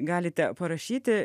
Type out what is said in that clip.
galite parašyti